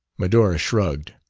medora shrugged.